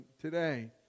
today